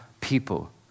people